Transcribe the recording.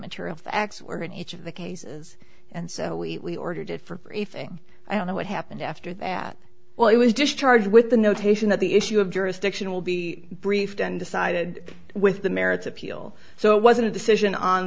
material facts were in each of the cases and so we ordered it for anything i don't know what happened after that well i was discharged with the notation that the issue of jurisdiction will be briefed and decided with the merits appeal so it wasn't a decision on